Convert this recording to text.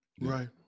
Right